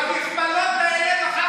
אתה כל יום מעלה ב-2,000.